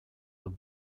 have